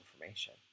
information